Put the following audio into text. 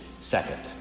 second